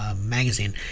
Magazine